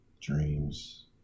dreams